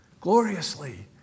Gloriously